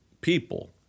people